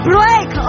Break